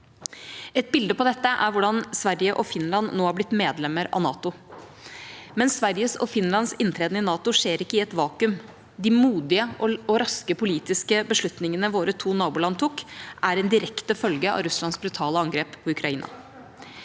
Et bilde på dette er hvordan Sverige og Finland nå har blitt medlemmer av NATO, men Sveriges og Finlands inntreden i NATO skjer ikke i et vakuum. De modige og raske politiske beslutningene våre to naboland tok, er en direkte følge av Russlands brutale angrep på Ukraina.